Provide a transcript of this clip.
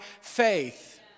faith